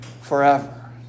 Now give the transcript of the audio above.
forever